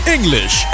English